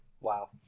Wow